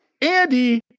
Andy